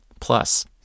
Plus